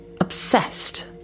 obsessed